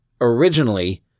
originally